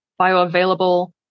bioavailable